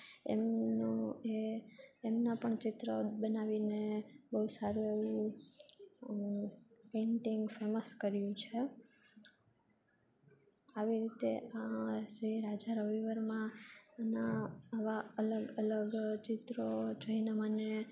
એમનું એ એમના પણ ચિત્ર બનાવીને બહુ સારું એવું પેંટિંગ ફેમસ કર્યું છે આવી રીતે આ શ્રી રાજા રવિ વર્માના આવા અલગ અલગ ચિત્રો જોઈને મને